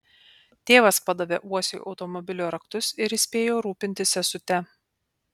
tėvas padavė uosiui automobilio raktus ir įspėjo rūpintis sesute